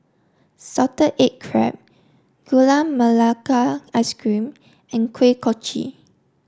Salted Egg Crab Gula Melaka Ice Cream and Kuih Kochi